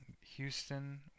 houston